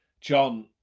John